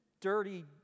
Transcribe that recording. dirty